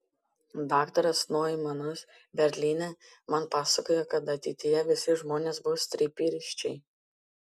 daktaras noimanas berlyne man pasakojo kad ateityje visi žmonės bus tripirščiai